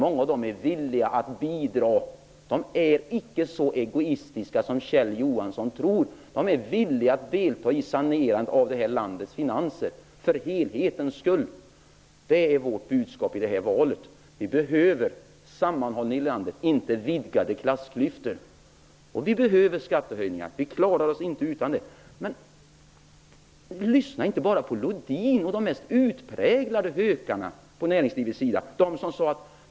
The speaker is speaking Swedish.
Många av dem är inte så egoistiska som Kjell Johansson tror utan är t.o.m. villiga att bidra till saneringen av det här landets finanser. Det är vårt budskap inför valet! Vi behöver sammanhållning i landet -- inte vidgade klassklyftor. Vi behöver skattehöjningar -- vi klarar oss inte utan sådana. Men lyssna inte bara på Lodin och de mest utpräglade hökarna på näringslivets sida.